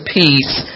peace